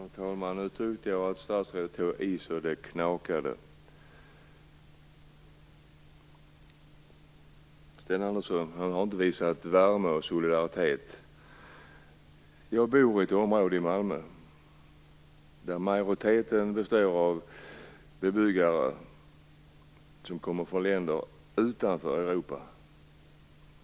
Herr talman! Nu tyckte jag att statsrådet tog i så det knakade. Sten Andersson har inte visat värme och solidaritet. Jag bor i ett område i Malmö där majoriteten består av bebyggare som kommer från länder utanför Europa.